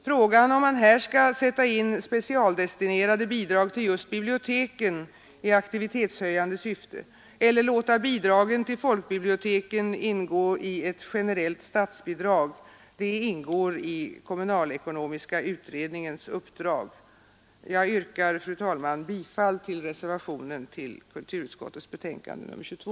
Frågan om man här skall sätta in specialdestinerade bidrag till just biblioteken i aktivitetshöjande syfte eller låta bidragen till folkbiblioteken ingå i ett generellt statsbidrag ingår i kommunalekonomiska utredningens uppdrag. Jag yrkar, fru talman, bifall till reservationen vid kulturutskottets betänkande nr 22.